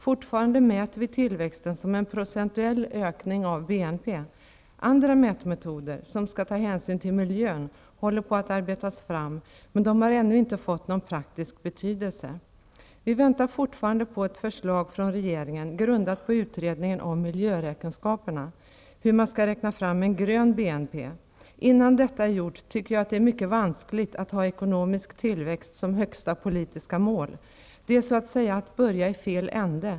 Fortfarande mäter vi tillväxten som en procentuell ökning av BNP. Andra mätmetoder, som skall ta hänsyn till miljön, håller på att arbetas fram, men de har ännu inte fått någon praktisk betydelse. Vi väntar fortfarande på ett förslag från regeringen grundat på utredningen om miljöräkenskaperna, hur man skall räkna fram en grön BNP. Innan detta är gjort tycker jag att det är mycket vanskligt att ha ekonomisk tillväxt som högsta politiska mål. Det är så att säga att börja i fel ände.